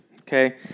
okay